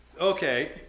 okay